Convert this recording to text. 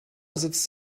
sitzt